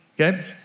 Okay